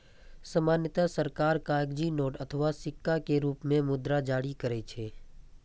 सामान्यतः सरकार कागजी नोट अथवा सिक्का के रूप मे मुद्रा जारी करै छै